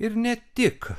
ir ne tik